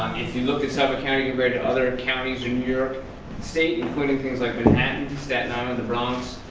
if you look at suffolk county compared to other counties in new york state, including things like manhattan, staten island, the bronx,